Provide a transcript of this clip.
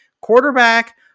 quarterback